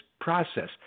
process